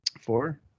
four